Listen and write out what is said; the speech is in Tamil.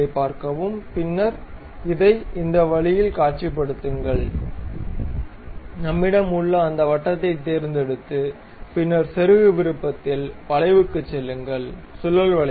பின்னர் இதை இந்த வழியில் காட்சிப்படுத்துங்கள் நம்மிடம் உள்ள அந்த வட்டத்தைத் தேர்ந்தெடுத்து பின்னர் செருகு விருப்பத்தில் வளைவுக்குச் செல்லுங்கள் சுழல் வளைவு